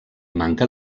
manca